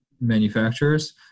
manufacturers